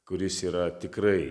kuris yra tikrai